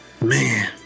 Man